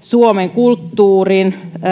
suomen kulttuurin